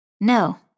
No